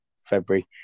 February